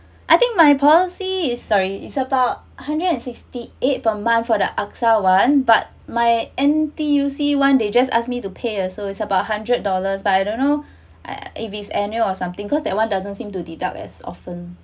I think my policy is sorry it's about hundred and sixty eight per month for the AXA [one] but my N_T_U_C [one] they just ask me to pay also is about hundred dollars but I don't know if is annual or something cause that [one] doesn't seem to deduct as often